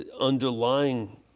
underlying